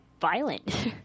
violent